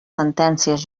sentències